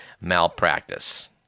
malpractice